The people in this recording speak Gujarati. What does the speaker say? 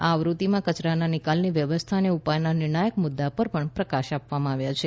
આ આવૃત્તિમાં કચરાના નિકાલની વ્યવસ્થા અને ઉપાયના નિર્ણાયક મુદ્દા પણ પ્રકાશમાં આવ્યા છે